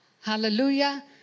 Hallelujah